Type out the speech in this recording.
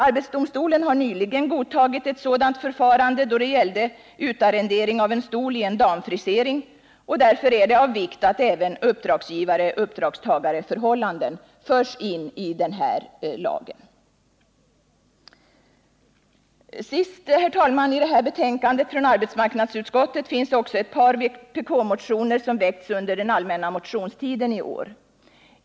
Arbetsdomstolen har nyligen godtagit ett sådant förfarande då det gällde utarrendering av en stol i en damfrisering, och därför är det av vikt att även uppdragsgivare-uppdragstagareförhållanden förs in i lagen. Slutligen, herr talman, finns det i detta betänkande från arbetsmarknadsutskottet också ett par vpk-motioner som väckts under den allmänna motionstiden i år.